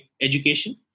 education